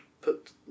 put